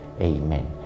Amen